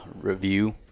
review